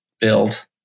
build